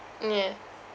yeah